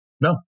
No